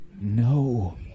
No